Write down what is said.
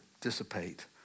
dissipate